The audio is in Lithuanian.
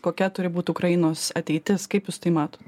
kokia turi būt ukrainos ateitis kaip jūs tai matot